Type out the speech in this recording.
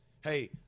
hey